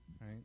right